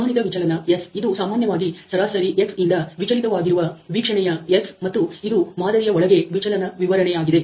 ಪ್ರಮಾಣಿತ ವಿಚಲನ S ಇದು ಸಾಮಾನ್ಯವಾಗಿ ಸರಾಸರಿ 'x' ಇಂದ ವಿಚಲಿತವಾಗಿರುವ ವೀಕ್ಷಣೆಯ X ಮತ್ತು ಇದು ಮಾದರಿಯ ಒಳಗೆ ವಿಚಲನದ ವಿವರಣೆಯಾಗಿದೆ